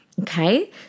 Okay